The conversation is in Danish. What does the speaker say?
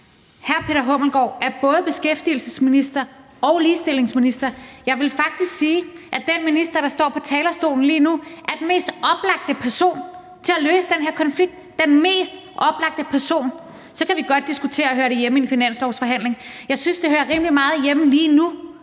Hr. Peter Hummelgaard er både beskæftigelsesminister og ligestillingsminister, og jeg ville faktisk sige, at den minister, der står på talerstolen lige nu, er den mest oplagte person til at løse den her konflikt – den mest oplagte person! Så kan vi godt diskutere, om det hører hjemme i en finanslovsforhandling, men jeg synes, det lige nu hører rimelig meget hjemme hos en